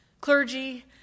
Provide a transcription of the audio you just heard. clergy